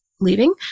leaving